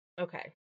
Okay